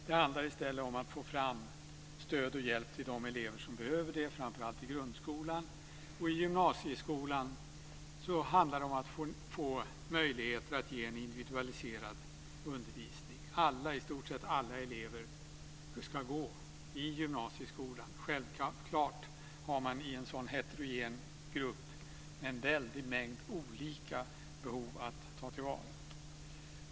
Det handlar i stället om att få fram stöd och hjälp till de elever som behöver det, framför allt i grundskolan, och i gymnasieskolan handlar det om att få möjligheter att ge en individualiserad undervisning. Alla, i stort sett alla, elever ska gå i gymnasieskolan. Självklart har man i en så heterogen grupp en väldig mängd olika behov att ta till vara.